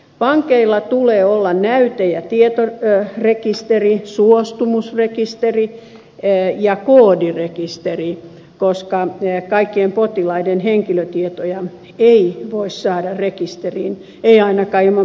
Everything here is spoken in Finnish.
pankeilla tulee olla näyte ja tietorekisteri suostumusrekisteri ja koodirekisteri koska kaikkien potilaiden henkilötietoja ei voi saada rekisteriin ei ainakaan ilman potilaan lupaa